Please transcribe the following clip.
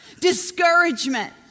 discouragement